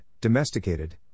domesticated